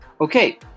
Okay